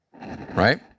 right